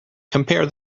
compare